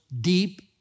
deep